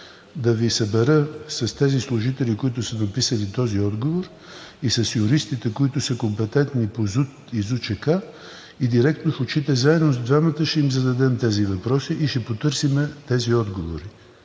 да Ви събера с тези служители, които са написали този отговор, с юристите, които са компетентни по ЗУТ и ЗУЧК, директно в очите двамата заедно ще им зададем тези въпроси и ще потърсим тези отговори.